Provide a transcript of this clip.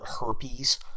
herpes